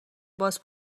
باز